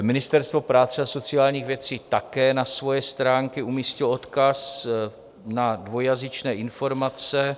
Ministerstvo práce a sociálních věcí také na svoje stránky umístilo odkaz na dvojjazyčné informace.